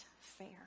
fair